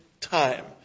time